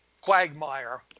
quagmire